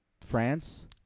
France